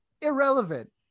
irrelevant